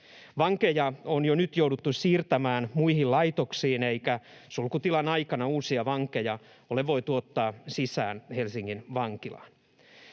Vankeja on jo nyt jouduttu siirtämään muihin laitoksiin, eikä sulkutilan aikana uusia vankeja ole voitu ottaa sisään Helsingin vankilaan.